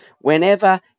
Whenever